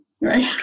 right